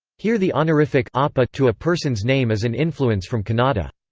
here the honorific appa to a person's name is an influence from kannada.